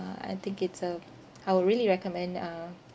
I think it's a I will really recommend uh